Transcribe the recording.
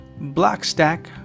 Blockstack